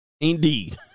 Indeed